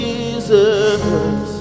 Jesus